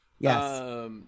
yes